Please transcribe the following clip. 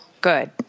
good